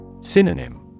Synonym